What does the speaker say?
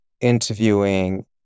interviewing